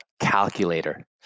calculator